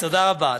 כן, תודה רבה.